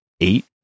eight